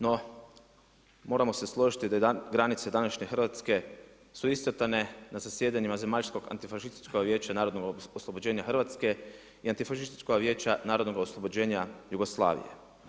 No, moramo se složiti da granice današnje Hrvatske su iscrtane na zasjedanjima Zemaljskog antifašističkog vijeća narodnog oslobođenja Hrvatske i Antifašističkog vijeća narodnog oslobođenja Jugoslavije.